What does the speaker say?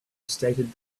stated